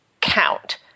count